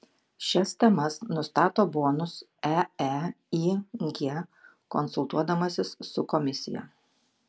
šias temas nustato bonus eeig konsultuodamasis su komisija